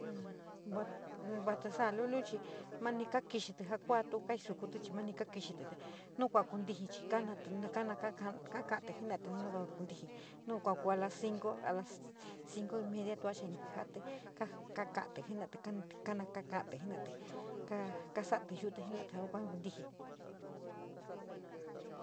A va tísaa lulis mani kakísití ja kua tu kaisokuti mani ka kaxíti, nuu kuua kountijí chií kanati ka, kanati, kanati, jena´atí nana kountijí kou kou aa los cinco y medio tua chií a nii kejati kakati kou jena´atí, te kana kaka´ati jena´a tí kasatí yuti jena´ati ja kua kuntiji.